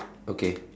okay